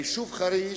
היישוב חריש,